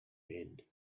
end